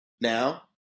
Now